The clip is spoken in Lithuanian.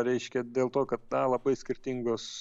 reiškia dėl to kad na labai skirtingos